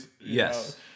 Yes